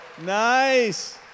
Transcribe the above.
Nice